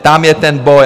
Tam je ten boj.